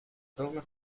donna